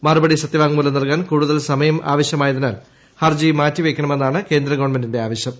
മറുപടി സത്യവാങ്മൂലം നൽകാൻ കൂടുതൽ സമയം ആവശ്യമായതിനാൽ ഹർജി മാറ്റിവയ്ക്കണമെന്നാണ് കേന്ദ്രഗവൺമെന്റിന്റെ ആവശ്യം